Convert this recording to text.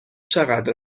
چقدر